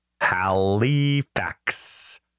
Halifax